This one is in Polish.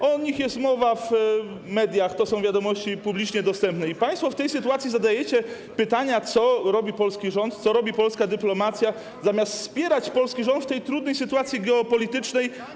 o nich jest mowa w mediach, to są wiadomości publicznie dostępne - państwo w tej sytuacji zadajecie pytania, co robi polski rząd, co robi polska dyplomacja, zamiast wspierać polski rząd w tej właśnie trudnej sytuacji geopolitycznej.